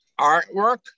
artwork